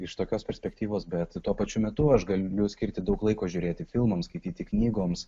iš tokios perspektyvos bet tuo pačiu metu aš galiu skirti daug laiko žiūrėti filmams skaityti knygoms